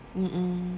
mm mm